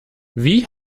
wie